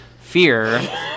Fear